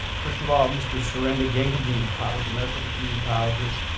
first of all, mr. so and garingadean taught with the maricopa community colleges,